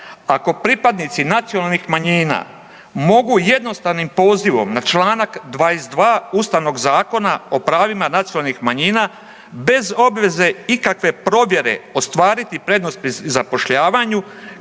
Ako pripadnici nacionalnih manjina mogu jednostavnim pozivom na članak 22. Ustavnog zakona o pravima nacionalnih manjina bez obveze ikakve provjere ostvariti prednost pri zapošljavanju.